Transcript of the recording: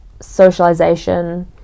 socialization